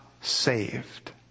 saved